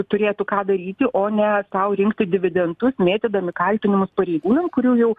turėtų ką daryti o ne sau rinkti dividendus mėtydami kaltinimus pareigūnam kurių jau